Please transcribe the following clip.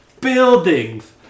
buildings